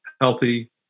healthy